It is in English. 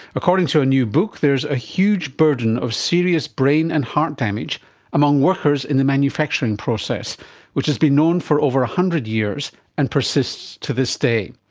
according to a new book there is a huge burden of serious brain and heart damage among workers in the manufacturing process which has been known for over one hundred years and persists to this day,